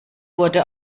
wurde